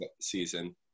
season